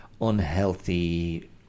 unhealthy